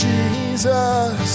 Jesus